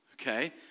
Okay